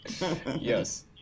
Yes